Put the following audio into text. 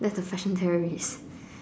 that's the fashion terrorist